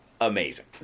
amazing